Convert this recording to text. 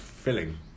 filling